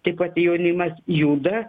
taip pat jaunimas juda